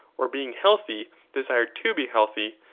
or being healthy desired to be healthy,